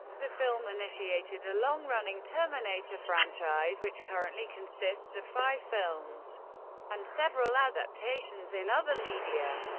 the film initiated a long-running terminator franchise, which currently consists of five films and several adaptations in other media.